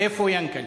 איפה יענקל'ה?